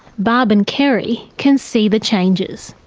barb and kerry can see the changes.